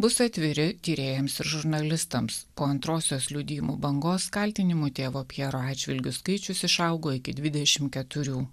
bus atviri tyrėjams ir žurnalistams po antrosios liudijimų bangos kaltinimų tėvo pjero atžvilgiu skaičius išaugo iki dvidešim keturių